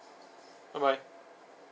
bye bye